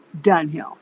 Dunhill